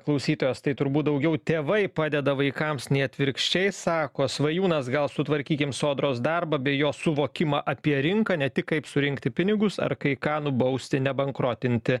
klausytojas tai turbūt daugiau tėvai padeda vaikams ne atvirkščiai sako svajūnas gal sutvarkykim sodros darbą bei jos suvokimą apie rinką ne tik kaip surinkti pinigus ar kai ką nubausti nebankrotinti